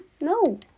no